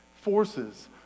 forces